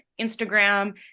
Instagram